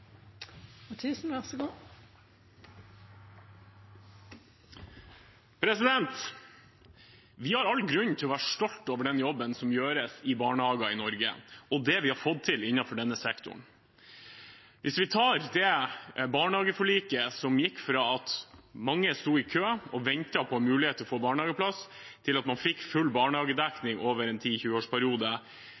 Vi har all grunn til å være stolte over den jobben som gjøres i barnehager i Norge, og det vi har fått til innenfor denne sektoren. Hvis vi ser på barnehageforliket, hvor man gikk fra at mange sto i kø og ventet på en mulighet til å få barnehageplass, til at man fikk full barnehagedekning over en